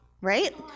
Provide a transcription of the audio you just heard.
right